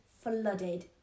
flooded